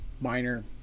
minor